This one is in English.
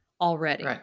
already